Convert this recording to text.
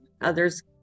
others